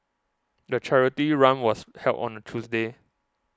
the charity run was held on a Tuesday